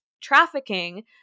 trafficking